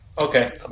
Okay